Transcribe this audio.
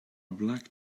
black